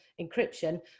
encryption